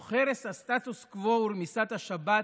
תוך הרס הסטטוס קוו ורמיסת השבת